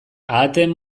ahateen